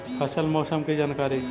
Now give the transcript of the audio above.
फसल मौसम के जानकारी?